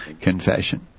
confession